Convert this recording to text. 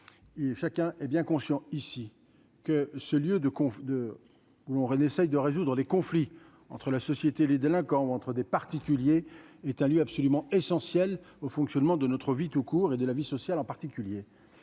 et chacun est bien conscient ici que ce lieu de de Rennes essaye de résoudre les conflits entre la société les délinquants ventre des particuliers est un lieu absolument essentielle au fonctionnement de notre vie tout court et de la vie sociale en particulier,